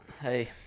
Hey